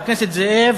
חבר הכנסת זאב,